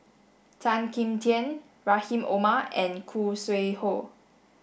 Tan Kim Tian Rahim Omar and Khoo Sui Hoe